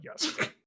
yes